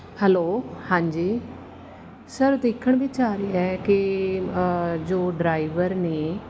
hello ਹਾਂਜੀ sir ਦੇਖਣ ਵਿੱਚ ਆ ਰਿਹਾ ਹੈ ਕਿ ਜੋ ਡਰਾਈਵਰ ਨੇ